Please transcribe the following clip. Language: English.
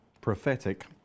prophetic